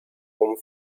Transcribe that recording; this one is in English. one